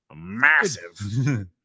massive